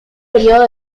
periodo